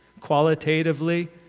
qualitatively